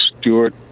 Stewart